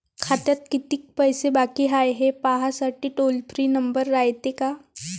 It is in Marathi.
खात्यात कितीक पैसे बाकी हाय, हे पाहासाठी टोल फ्री नंबर रायते का?